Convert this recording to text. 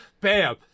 bam